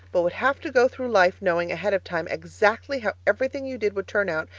but would have to go through life knowing ahead of time exactly how everything you did would turn out,